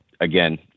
Again